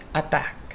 attack